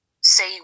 say